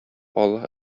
аллаһ